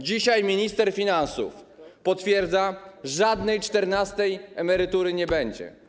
Dzisiaj minister finansów potwierdza, że żadnej czternastej emerytury nie będzie.